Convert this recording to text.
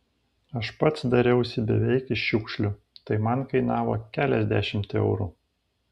aš pats dariausi beveik iš šiukšlių tai man kainavo keliasdešimt eurų